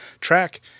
track